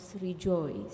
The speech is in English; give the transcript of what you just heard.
rejoice